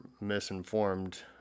misinformed